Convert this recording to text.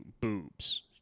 boobs